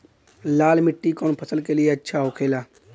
लाल मिट्टी कौन फसल के लिए अच्छा होखे ला?